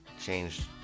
changed